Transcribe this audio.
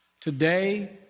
Today